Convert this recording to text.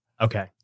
Okay